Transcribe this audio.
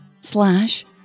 slash